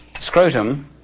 scrotum